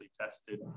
tested